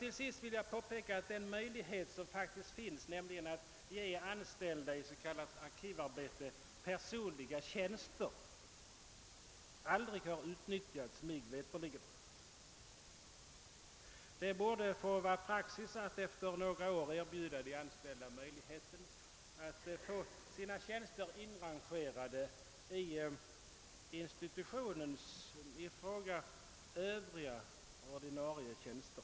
Till sist vill jag påpeka att den möjlighet som faktiskt finns att ge anställda i s.k. arkivarbete personliga tjänster mig veterligt aldrig har utnyttjats. Det borde vara praxis att de anställda efter några år erbjuds att få sina tjänster inrangerade bland institutionens i fråga övriga ordinarie tjänster.